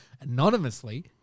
anonymously